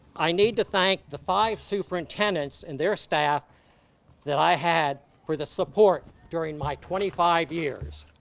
i need to thank the five superintendents and their staff that i had for the support during my twenty five years.